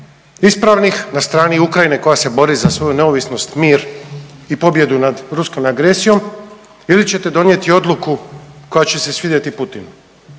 ispravnih, na strani Ukrajine koja se bori za svoju neovisnost, mir i pobjedu nad ruskom agresijom ili ćete donijeti odluku koja će se svidjeti Putinu.